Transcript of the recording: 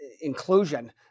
inclusion